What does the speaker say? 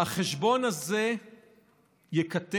והחשבון הזה ייכתב